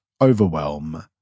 overwhelm